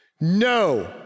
no